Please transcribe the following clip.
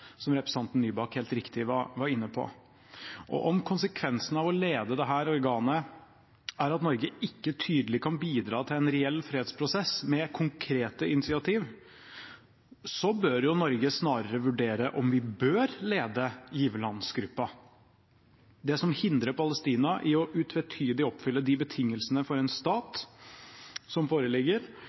som representanten Nybakk helt riktig var inne på. Og om konsekvensen av å lede dette organet er at Norge ikke tydelig kan bidra til en reell fredsprosess, med konkrete initiativ, bør Norge snarere vurdere om vi bør lede giverlandsgruppen. Det som hindrer Palestina i utvetydig å oppfylle de betingelsene for en stat som foreligger,